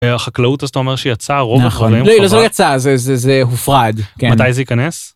החקלאות אז אתה אומר שיצא הרוב לא זה לא יצא זה זה זה הופרד מתי זה ייכנס.